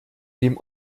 dem